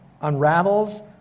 unravels